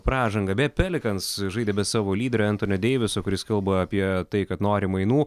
pražangą beje pelikans žaidė be savo lyderio entonio deiviso kuris kalba apie tai kad nori mainų